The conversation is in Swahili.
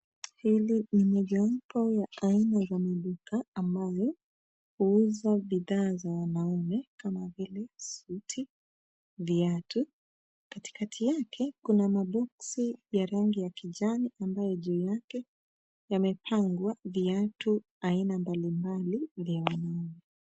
Hili ni mojawapo ya aina za maduka ambayo huuza bidhaa za wanaume kama vile suti, viatu. Katikati yake kuna maboksi ya rangi ya kijani ambayo juu yake yamepangwa viatu aina mbalimbali vya wanaume.